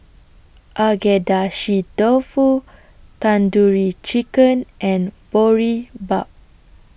Agedashi Dofu Tandoori Chicken and Boribap